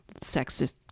sexist